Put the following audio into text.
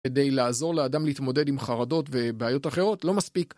כדי לעזור לאדם להתמודד עם חרדות ובעיות אחרות לא מספיק